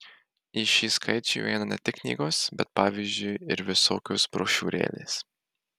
į šį skaičių įeina ne tik knygos bet pavyzdžiui ir visokios brošiūrėlės